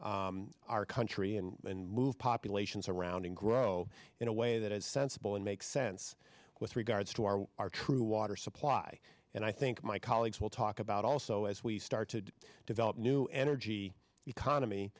our country and move populations around and grow in a way that is sensible and makes sense with regards to our our true water supply and i think my colleagues will talk about also as we start to develop new energy economy